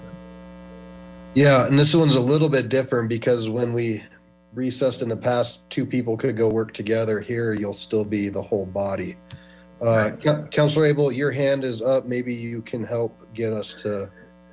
need yeah and this one's a little bit different because when we recessed in the past two people can go work together here you'll still be the whole body counselor able your hand is up maybe you can help get us to